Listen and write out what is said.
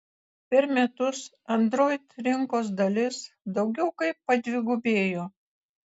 per metus android rinkos dalis daugiau kaip padvigubėjo